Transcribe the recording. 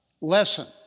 lesson